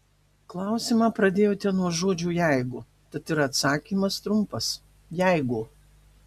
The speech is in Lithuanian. klausimą pradėjote nuo žodžio jeigu tad ir atsakymas trumpas jeigu